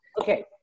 Okay